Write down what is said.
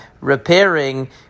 repairing